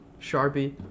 Sharpie